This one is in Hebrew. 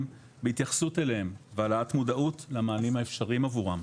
בהתייחסות אליהם והעלאת המודעות למענים האפשריים עבורם.